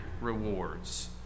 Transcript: rewards